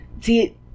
see